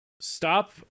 stop